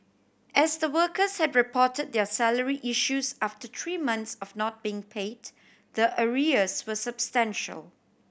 as the workers had reported their salary issues after three months of not being paid the arrears were substantial